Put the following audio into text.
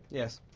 yes.